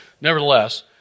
nevertheless